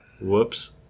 Whoops